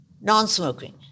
non-smoking